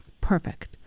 Perfect